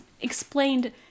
explained